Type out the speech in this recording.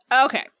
okay